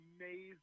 amazing